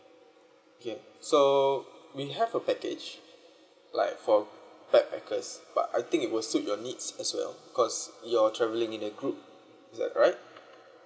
okay so we have a package like for backpackers but I think it will suit your needs as well cause you're travelling in a group is that right